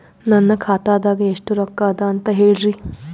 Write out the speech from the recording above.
ನನ್ನ ಖಾತಾದಾಗ ಎಷ್ಟ ರೊಕ್ಕ ಅದ ಅಂತ ಹೇಳರಿ?